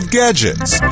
gadgets